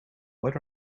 what